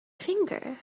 finger